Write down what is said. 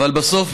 אבל בסוף,